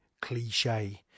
cliche